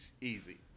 Easy